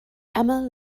emma